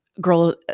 girl